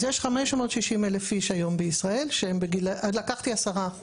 אז יש 560,000 איש היום בישראל, לקחתי 10%,